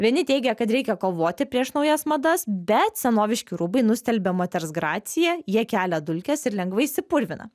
vieni teigė kad reikia kovoti prieš naujas madas bet senoviški rūbai nustelbia moters graciją jie kelia dulkes ir lengvai išsipurvina